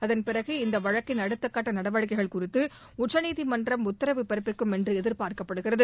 அதன்பிறகு இந்த வழக்கின் அடுத்த கட்ட நடவடிக்கைகள் குறித்து உச்சநீதிமன்றம் உத்தரவு பிறப்பிக்கும் என்று எதிர்பார்க்கப்படுகிறது